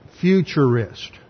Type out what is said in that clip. futurist